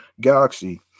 Galaxy